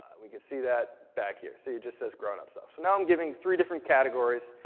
we can see that back here. see, it just says grown up stuff. so now i'm giving three different categories.